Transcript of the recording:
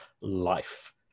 life